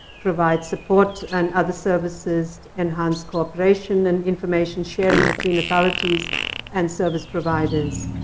provide support and other services, enhance cooperation and information sharing between authorities and service providers.